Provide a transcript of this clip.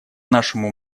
нашему